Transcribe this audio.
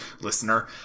listener